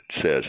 says